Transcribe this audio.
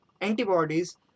antibodies